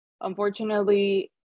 unfortunately